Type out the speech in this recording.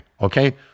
Okay